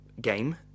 game